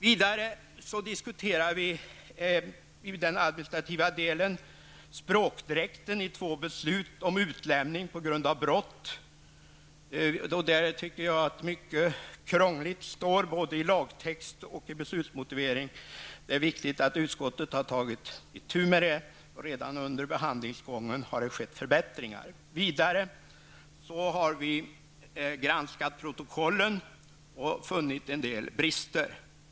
Vidare diskuterar vi i den administrativa delen språkdräkten i två beslut om utlämning på grund av brott. Jag tycker att det där finns mycket krångliga formuleringar både i lagtext och i beslutsmotivering. Det är viktigt att utskottet har tagit itu med detta, och det har skett förbättringar redan under behandlingsgången. Vi har vidare granskat protokollen och funnit en del brister.